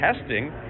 testing